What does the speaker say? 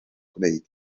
gwneud